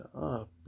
up